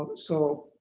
but so